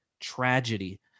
tragedy